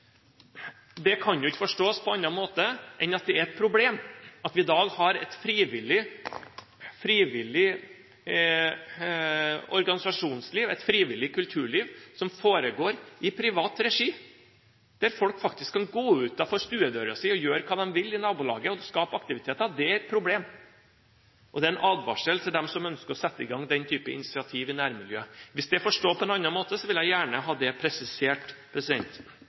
kan ikke forstås på annen måte enn at det er et problem at vi i dag har et frivillig organisasjonsliv, et frivillig kulturliv, som foregår i privat regi – at det at folk faktisk kan gå utenfor stuedøren sin og gjøre hva de vil i nabolaget og skape aktiviteter, er et problem. Det er en advarsel til dem som ønsker å sette i gang den slags initiativ i nærmiljøet. Hvis det er å forstå på en annen måte, vil jeg gjerne ha det presisert.